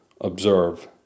observe